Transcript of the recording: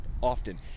often